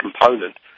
component